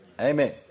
Amen